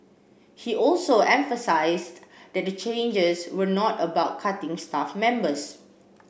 he also emphasised that the changes were not about cutting staff members